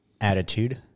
Attitude